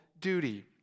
duty